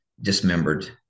dismembered